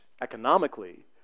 economically